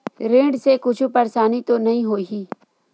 ऋण से कुछु परेशानी तो नहीं होही?